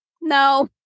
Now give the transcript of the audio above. no